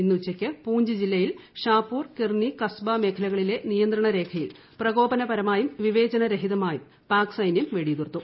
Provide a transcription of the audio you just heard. ഇന്ന് ഉച്ചയ്ക്ക് പൂഞ്ച് ജില്ലയിൽ ഷാപ്പൂർ കിർനി കസ്ബ മേഖലകളിലെ നിയന്ത്രണ രേഖയിൽ പ്രകോപനപരമായും വിവേചനരഹിതമായും പാക് സൈന്യം വെടിയുതിർത്തു